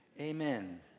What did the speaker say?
amen